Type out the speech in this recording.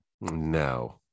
No